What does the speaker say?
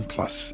Plus